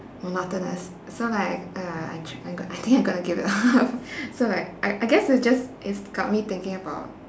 monotonous so like ah ya I tr~ I go~ I think I gotta give it up so like I I guess it's just it's got me thinking about